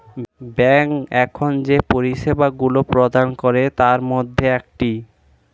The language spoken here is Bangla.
ব্যাংক এখন যে পরিষেবাগুলি প্রদান করে তার মধ্যে একটি